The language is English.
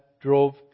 drove